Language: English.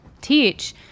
teach